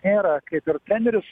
nėra kaip ir treneris